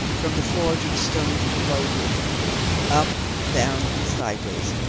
from the floor to the stones of the low roof up, down, and sideways,